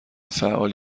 فعال